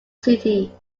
city